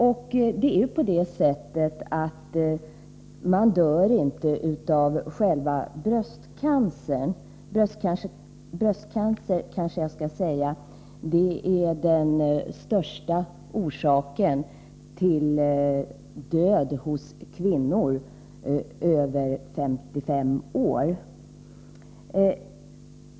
Kanske jag skall säga att bröstcancern är den största dödsorsaken hos kvinnor mellan 35 och 55 år.